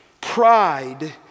Pride